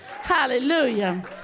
hallelujah